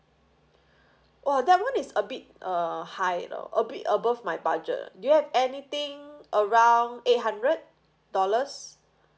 !wah! that one is a bit uh high lor a bit above my budget do you have anything around eight hundred dollars